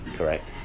Correct